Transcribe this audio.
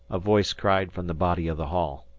a voice cried from the body of the hall.